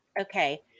okay